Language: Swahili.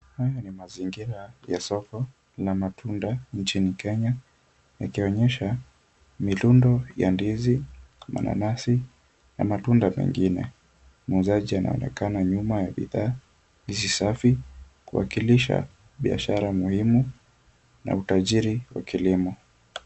Haya ni mazingira ya soko na matunda nchini Kenya ikionyesha mirundo ya ndizi, mananasi na matunda mengine. Muuzaji anaonekana nyuma ya bidhaa hizi safi kuwakilisha biashara muhimu na utajiri wa kilimo.